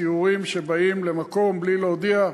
סיורים שבאים למקום בלי להודיע,